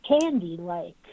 candy-like